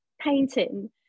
painting